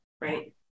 right